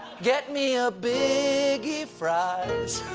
get me a biggie fries